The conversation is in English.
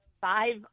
five